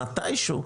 מתישהו,